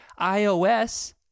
ios